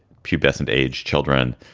pubescent age children.